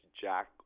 Jack